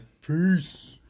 Peace